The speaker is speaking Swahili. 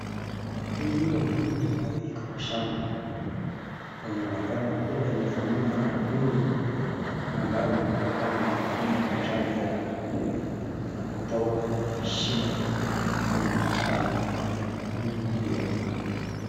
Hii ni mahindi ambayo iko kwa shamba. Inaonekana kuwa imevamiwa na dudu ambao wanaonekana wanavamia matawi yake na kutoa mashimo kwenye matawi ya mahindi hiyo.